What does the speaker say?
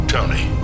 Tony